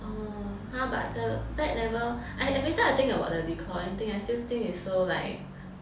orh !huh! but the vet never I every time I think about the declawing thing I still think it's so like